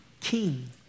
king